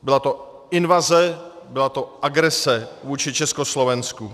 Byla to invaze, byla to agrese vůči Československu.